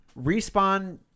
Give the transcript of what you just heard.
Respawn